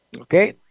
Okay